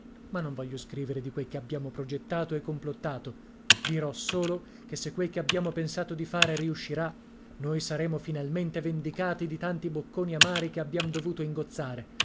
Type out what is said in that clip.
ma non voglio scrivere di quel che abbiamo progettato e complottato dirò solo che se quel che abbiamo pensato di fare riuscirà noi saremo finalmente vendicati di tanti bocconi amari che abbiam dovuto ingozzare